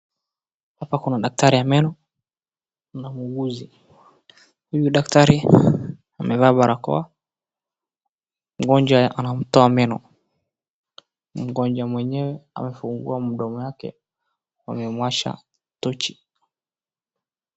Hapa kuna daktari wa meno na muuguzi. Huyu daktari amevaa barakoa mgonjwa anamtoa meno, mgonjwa mwenyewe amefungua mdomo yake amemwasha tochi.